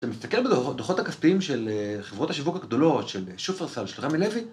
אתה מסתכל בדוחות הכספיים של חברות השיווק הגדולות, של שופרסל, של רמי לוי.